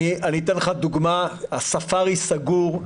אתן לך דוגמה, הספארי סגור,